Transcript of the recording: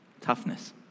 toughness